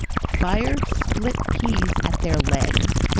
fire split peas at their legs,